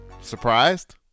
Surprised